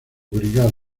brigadas